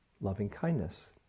loving-kindness